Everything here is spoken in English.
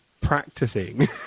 practicing